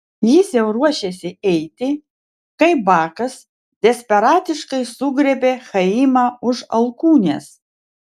jis jau ruošėsi eiti kai bakas desperatiškai sugriebė chaimą už alkūnės